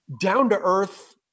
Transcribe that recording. down-to-earth